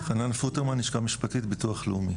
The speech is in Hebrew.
חנן פוטרמן, מהלשכה המשפטית בביטוח לאומי.